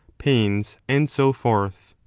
pains, and so forth.